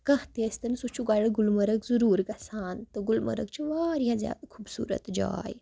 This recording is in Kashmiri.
کانہہ تہِ ٲسۍ تن سُہ چھُ گۄڈٕ گُلمَرٕگ ضروٗر گژھان تہٕ گُلمَرٕگ چھُ واریاہ زیادٕ خوٗبصوٗرت جاے